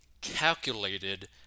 calculated